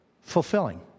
fulfilling